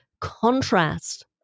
contrast